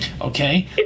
Okay